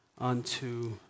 unto